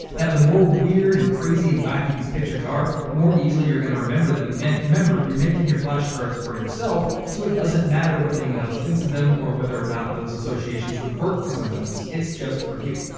the more weird and crazy and wacky these pictures are, the more easily you're going to remember them and remember, you're making your flashcards for yourself, so it doesn't matter what anyone else thinks of them or whether or not those associations would work for someone else. it's just for you.